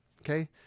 Okay